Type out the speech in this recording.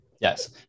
Yes